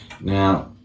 now